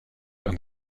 and